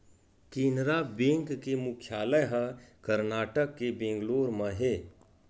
Canara bank के मुख्यालय ह करनाटक के बेंगलोर म हे